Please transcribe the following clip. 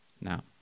now